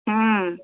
हुं